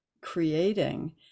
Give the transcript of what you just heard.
creating